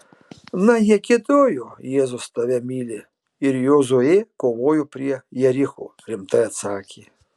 na jie giedojo jėzus tave myli ir jozuė kovojo prie jericho rimtai atsakė